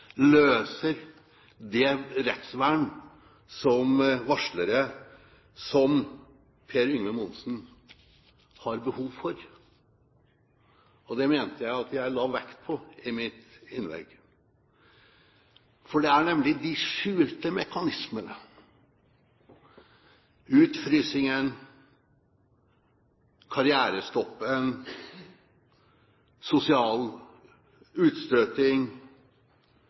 løser det rettsvern som varslere som Per-Yngve Monsen har behov for. Det mente jeg at jeg la vekt på i mitt innlegg. For det er nemlig de skjulte mekanismene, utfrysingen, karrierestoppen, sosial